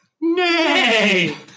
Nay